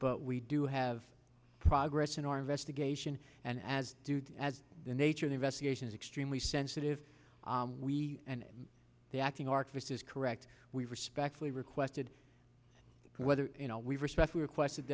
but we do have progress in our investigation and as as the nature of investigation is extremely sensitive we and the acting archivist is correct we respectfully requested whether we respect we requested